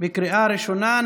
התשפ"ב 2022, בקריאה ראשונה.